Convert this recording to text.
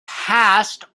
past